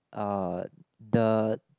uh the